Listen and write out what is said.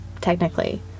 technically